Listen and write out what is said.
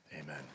amen